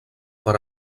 per